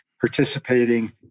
participating